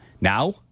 Now